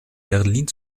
berlin